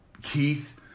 Keith